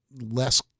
less